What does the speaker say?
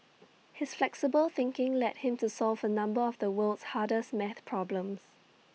his flexible thinking led him to solve A number of the world's hardest math problems